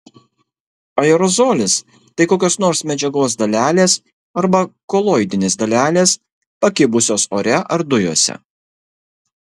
aerozolis tai kokios nors medžiagos dalelės arba koloidinės dalelės pakibusios ore ar dujose